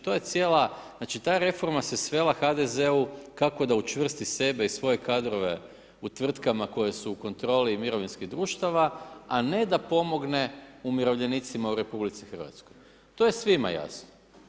To je cijela, znači, ta reforma se svela HDZ-u kako da učvrsti sebe i svoje kadrove u tvrtkama koje su u kontroli mirovinskih društava, a ne da pomogne umirovljenicima u RH, to je svima jasno.